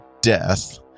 death